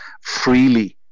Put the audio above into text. freely